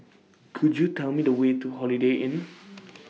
Could YOU Tell Me The Way to Holiday Inn